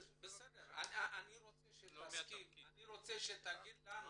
אני רוצה שתגיד לנו,